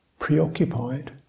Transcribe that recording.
Preoccupied